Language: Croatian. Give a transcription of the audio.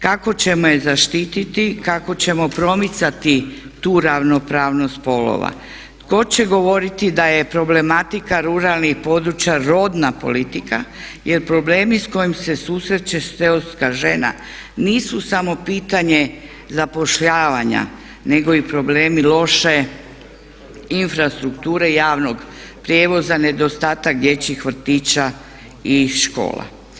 Kako ćemo je zaštiti, kako ćemo promicati tu ravnopravnost spolova, tko će govoriti da je problematika ruralnih područja rodna politika jer problemi s kojim se susreće seoska žena nisu samo pitanje zapošljavanja nego i problemi loše infrastrukture javnog prijevoza, nedostatak dječjih vrtića i škola.